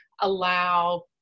allow